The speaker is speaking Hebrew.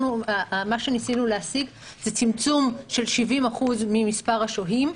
מה שניסינו להשיג זה צמצום של 70% ממספר השוהים.